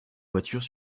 voiture